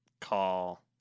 call